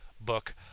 book